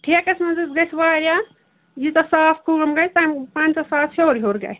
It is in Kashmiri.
ٹھیکس منٛز حظ گَژھہِ وارِیاہ ییٖژہ صاف کٲم گژھہِ تمہِ پنٛژہ ساس ہیٚور ہیٚور گَژھہِ